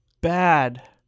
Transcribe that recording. bad